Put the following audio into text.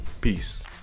Peace